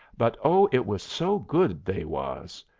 but oh, it was so good they was,